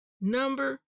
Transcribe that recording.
number